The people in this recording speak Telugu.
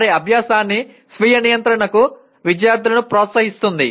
వారి అభ్యాసాన్ని స్వీయ నియంత్రణకు విద్యార్థులను ప్రోత్సహిస్తుంది